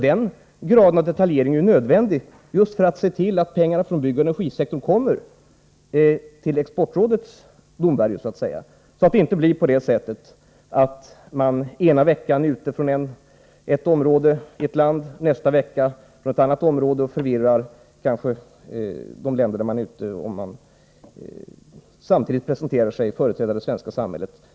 Den graden av detaljering är nödvändig för att se till att pengarna från byggoch energisektorn förs till Exportrådet, så att man inte, utan någon form av samordning, ena veckan är ute i ett land från en viss bransch och nästa vecka från en annan och kanske skapar förvirring när man säger sig företräda det svenska samhället.